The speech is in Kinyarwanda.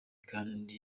kandi